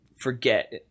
forget